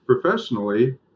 Professionally